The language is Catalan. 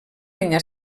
penya